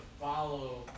follow